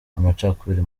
amacakubiri